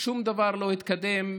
שום דבר לא התקדם,